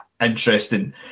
interesting